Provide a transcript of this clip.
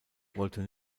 wollte